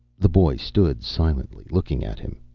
the boy stood silently, looking at him.